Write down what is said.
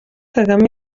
kagame